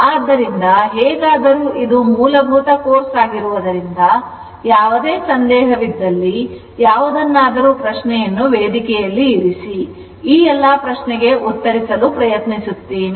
ಆದ್ದರಿಂದ ಹೇಗಾದರೂ ಇದು ಮೂಲಭೂತ ಕೋರ್ಸ್ ಆಗಿರುವುದರಿಂದ ಯಾವುದೇ ಸಂದೇಹವಿದ್ದಲ್ಲಿ ಯಾವುದನ್ನಾದರೂ ಪ್ರಶ್ನೆಯನ್ನು ವೇದಿಕೆಯಲ್ಲಿ ಇರಿಸಿ ಈ ಎಲ್ಲಾ ಪ್ರಶ್ನೆಗೆ ಉತ್ತರಿಸಲು ಪ್ರಯತ್ನಿಸುತ್ತೇನೆ